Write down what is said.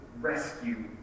rescue